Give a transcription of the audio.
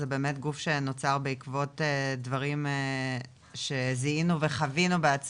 זה באמת גוף שנוצר בעקבות דברים שזיהנו וחווינו בעצמנו,